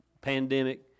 Pandemic